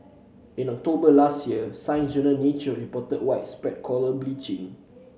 in October last year Science Journal Nature reported widespread coral bleaching